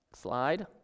slide